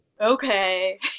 okay